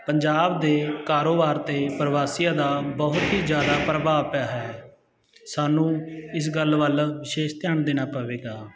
ਪੰਜਾਬ ਦੇ ਕਾਰੋਬਾਰ 'ਤੇ ਪ੍ਰਵਾਸੀਆਂ ਦਾ ਬਹੁਤ ਹੀ ਜ਼ਿਆਦਾ ਪ੍ਰਭਾਵ ਪਿਆ ਹੈ ਸਾਨੂੰ ਇਸ ਗੱਲ ਵੱਲ ਵਿਸ਼ੇਸ਼ ਧਿਆਨ ਦੇਣਾ ਪਵੇਗਾ